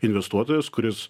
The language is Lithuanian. investuotojas kuris